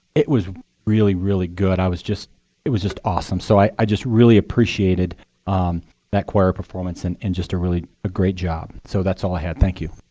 it was really, really good. i was just it was just awesome. so i i just really appreciated that choir performance. and and just a really ah great job. so that's all i had. thank you.